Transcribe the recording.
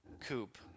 Coupe